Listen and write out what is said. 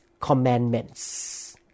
commandments